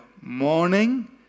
morning